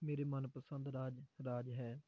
ਮੇਰੇ ਮਨ ਪਸੰਦ ਰਾਜ ਰਾਜ ਹੈ